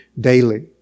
daily